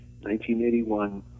1981